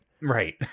Right